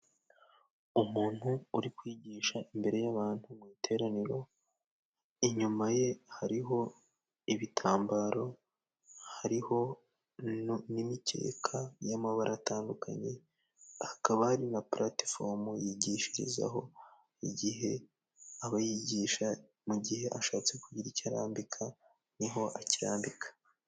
Umuntu uri kwigisha imbere y'abantu mu iteraniro, inyuma ye hari ho ibitambaro, hari ho n'imikeka y'amabara atandukanye, hakaba hari na puratifomu yigishiriza ho, igihe aba yigisha mu gihe ashatse kugira icyo arambika, ni ho akirambika.